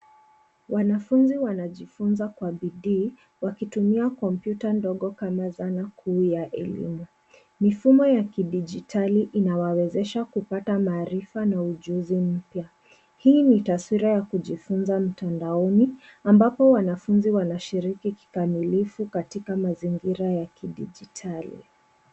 Wanafunzi wanajifunza kwa bidii wakitumia kompyuta ndogo kama dhana kuu ya elimu. Mifumo ya kidijitali inawawezesha kupata maarifa na ujuzi mpya. Hii ni taswira ya kujifunza mtandaoni ambapo wanafunzi wanashiriki kikamilifu katika mazingira ya kidijitali.